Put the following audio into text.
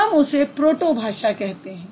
हम उसे प्रोटो भाषा कहते हैं